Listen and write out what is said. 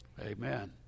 Amen